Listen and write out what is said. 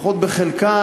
לפחות בחלקה,